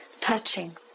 touching